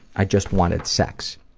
i just wanted sex.